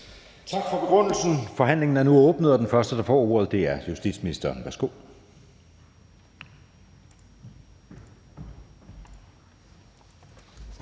Tak for begrundelsen. Forhandlingen er åbnet, og den første, der får ordet, er justitsministeren. Værsgo.